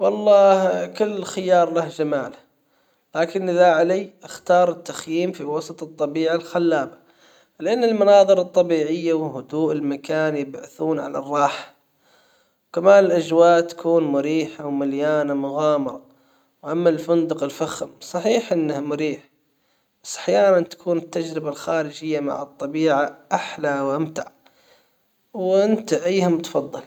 والله كل خيار له جماله لكن اذا علي اختار التخييم في وسط الطبيعة الخلابة. لان المناظر الطبيعية وهدوء المكان يبعثون على الراحة كمان الاجواء تكون مريحة ومليانة مغامرة. اما الفندق الفخم صحيح انه مريح بس احيانا تكون التجربة الخارجية مع الطبيعة احلى وامتع. وانت ايهم تفضل؟